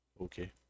okay